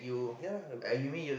ya lah I have